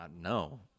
no